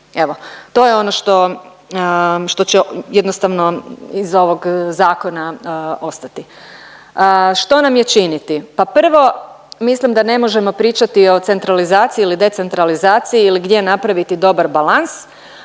Evo to je ono što će jednostavno iz ovog zakona ostati. Što nam je činiti? Pa prvo mislim da ne možemo pričati o centralizaciji ili decentralizaciji ili gdje napraviti dobar balans